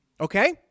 Okay